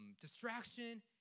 distraction